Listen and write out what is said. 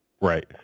right